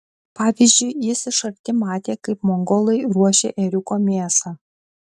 pavyzdžiui jis iš arti matė kaip mongolai ruošia ėriuko mėsą